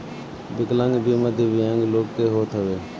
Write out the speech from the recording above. विकलांग बीमा दिव्यांग लोग के होत हवे